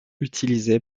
utilisé